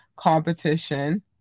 Competition